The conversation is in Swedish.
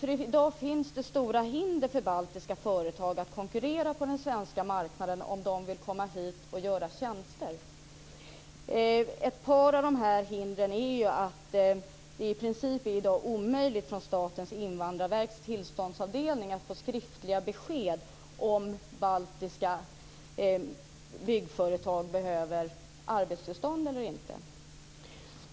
I dag finns det nämligen stora hinder för baltiska företag att konkurrera på den svenska marknaden om de vill komma hit och utföra tjänster. Ett par av dessa hinder är ju att det i dag är i princip omöjligt att från Statens invandrarverks tillståndsavdelning få skriftliga besked om baltiska byggföretag behöver arbetstillstånd eller inte.